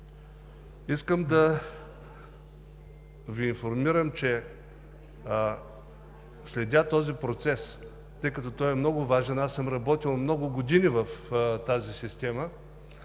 Искам да Ви информирам, че следя този процес, тъй като той е много важен. Аз съм работил много години в тази система